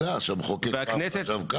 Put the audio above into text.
עובדה שמחוקק פעם חשב כך.